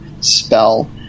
spell